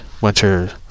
Winter